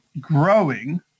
growing